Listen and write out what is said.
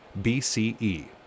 BCE